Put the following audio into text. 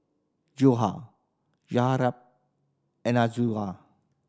Joyah Zaynab and Amirah